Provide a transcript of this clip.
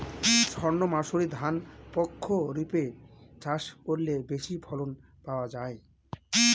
সর্ণমাসুরি ধান প্রক্ষরিপে চাষ করলে বেশি ফলন পাওয়া যায়?